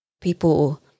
people